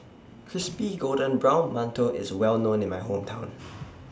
Crispy Golden Brown mantou IS Well known in My Hometown